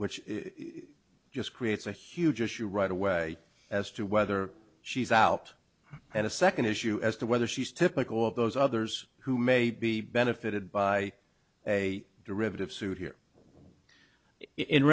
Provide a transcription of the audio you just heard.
which just creates a huge issue right away as to whether she's out and a second issue as to whether she's typical of those others who may be benefited by a derivative suit